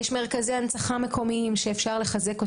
יש מרכזי הנצחה מקומיים שאפשר לחזק.